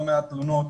לא מעט תלונות,